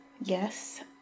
Yes